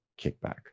kickback